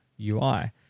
UI